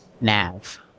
Nav